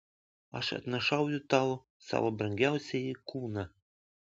aš atnašauju tau savo brangiausiąjį kūną